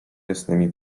jasnymi